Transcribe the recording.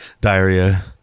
Diarrhea